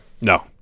No